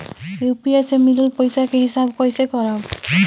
UPI से मिलल पईसा के हिसाब कइसे करब?